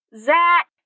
Zach